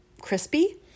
crispy